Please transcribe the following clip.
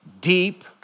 deep